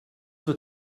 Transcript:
wird